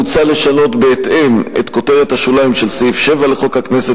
מוצע לשנות בהתאם את כותרת השוליים של סעיף 7 לחוק הכנסת